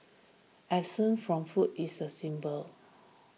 absence from food is a symbol